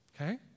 okay